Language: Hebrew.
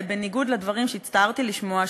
בניגוד לדברים שהצטערתי לשמוע,